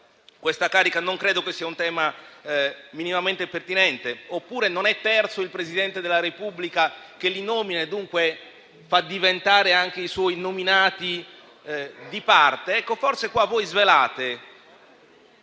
questa carica. Non credo sia un tema minimamente pertinente. Oppure non è terzo il Presidente della Repubblica che li nomina e, dunque, fa diventare anche i suoi nominati di parte? Forse qui voi svelate